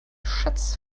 schatz